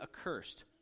accursed